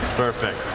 perfect.